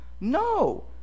no